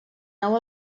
nou